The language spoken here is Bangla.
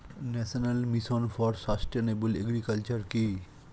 National mission for sustainable agriculture কি?